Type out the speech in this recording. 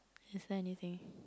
is there anything